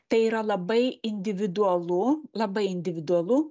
tai yra labai individualu labai individualu